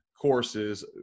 courses